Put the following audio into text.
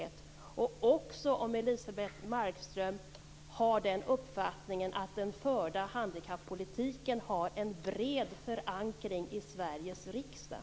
Jag vill också fråga om Elisebeht Markström är av den uppfattningen att den förda handikappolitiken har en bred förankring i Sveriges riksdag.